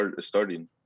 starting